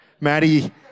Maddie